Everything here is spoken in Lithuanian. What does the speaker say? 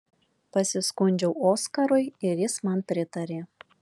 pasiskundžiau oskarui ir jis man pritarė